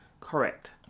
correct